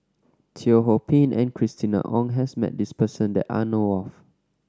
Teo Ho Pin and Christina Ong has met this person that I know of